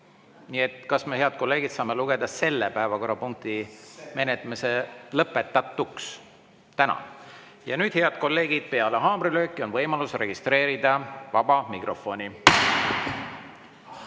Nii et kas me, head kolleegid, saame lugeda selle päevakorrapunkti menetlemise lõpetatuks? Tänan. Head kolleegid, peale haamrilööki on võimalus registreerida vabasse mikrofoni.